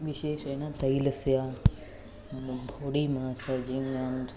विशेषेण तैलस्य body massaging